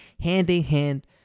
Hand-in-hand